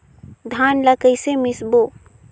धान ला कइसे मिसबो?